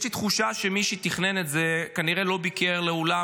יש לי תחושה שמי שתכנן את זה כנראה לא ביקר מעולם,